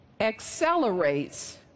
accelerates